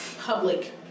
public